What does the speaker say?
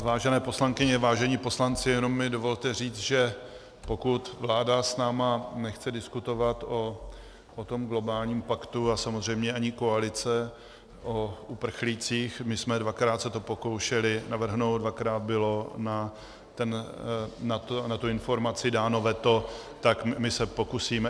Vážené poslankyně, vážení poslanci, jenom mi dovolte říct, že pokud vláda s námi nechce diskutovat o tom globálním paktu, a samozřejmě ani koalice, o uprchlících, my jsme se to dvakrát pokoušeli navrhnout, dvakrát bylo na tu informaci dáno veto, tak my se pokusíme...